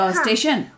station